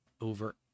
over